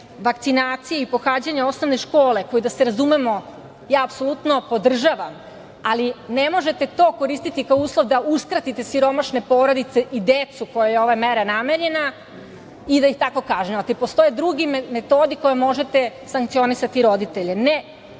vakcinacije i pohađanja osnovne škole koji, da se razumemo, ja apsolutno podržavam, ali ne možete to koristiti kao uslov da uskratite siromašne porodice i decu kojoj je ova mera namenjena i da ih tako kažnjavate. Postoje drugi metodi kojima možete sankcionisati roditelje